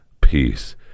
peace